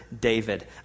David